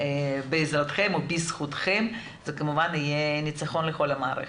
בעזרתכם ובזכותכם זה כמובן יהיה ניצחון לכל המערכת.